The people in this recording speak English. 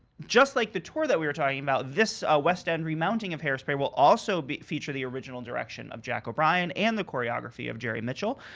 just like the tour that we were talking about this ah west end remounting of hairspray will also but feature the original direction of jack o'brian and the choreography of jerry mitchell.